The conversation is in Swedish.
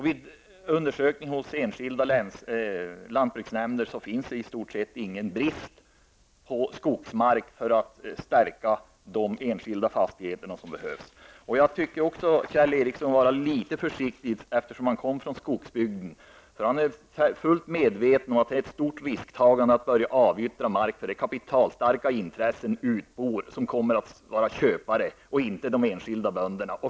Vid undersökning hos enskilda lantbruksnämnder har det visat sig att det i stort sett inte finns någon brist på skogsmark för att stärka de enskilda fastigheterna. Jag tycker också att Kjell Ericsson skall vara litet försiktig. Han kommer från skogsbygden och är fullt medveten om att det är ett stort risktagande att börja avyttra mark, för det är kapitalstarka intressen, utbor, som kommer att vara köpare och inte de enskilda bönderna.